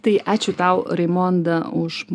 tai ačiū tau raimonda už